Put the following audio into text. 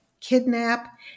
kidnap